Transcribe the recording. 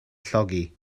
llogi